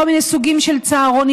כל מיני סוגים של צהרונים.